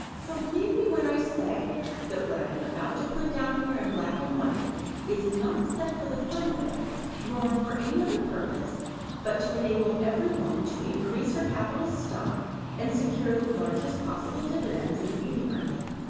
so believe me when i say that what i am about to put down here in black and white is not said for the fun of it nor for any other purpose but to enable every woman to increase her capital stock and secure the largest possible dividends in the beauty market.